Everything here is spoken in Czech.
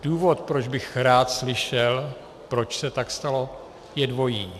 Důvod, proč bych rád slyšel, proč se tak stalo, je dvojí.